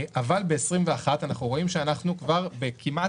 אבל ב-2021 אנחנו רואים שאנחנו בכמעט